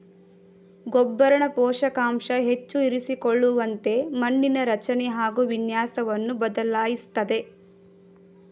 ಗೊಬ್ಬರನ ಪೋಷಕಾಂಶ ಹೆಚ್ಚು ಇರಿಸಿಕೊಳ್ಳುವಂತೆ ಮಣ್ಣಿನ ರಚನೆ ಹಾಗು ವಿನ್ಯಾಸವನ್ನು ಬದಲಾಯಿಸ್ತದೆ